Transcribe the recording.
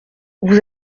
vous